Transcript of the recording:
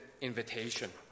invitation